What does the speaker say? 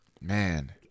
Man